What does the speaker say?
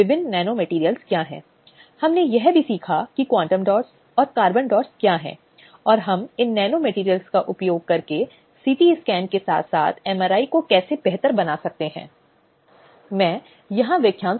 यदि वह यौन उत्पीड़न के एक मामले को अनुभव करती है तो मामले की रिपोर्ट करें जल्द से जल्द रिपोर्ट करें और शिकायत के खिलाफ कार्रवाई शुरू करें परेशान करने वाले की शिकायत करें आवश्यक दस्तावेजों और अन्य सबूतों के साथ उसके मामले का समर्थन करें